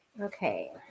okay